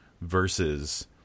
versus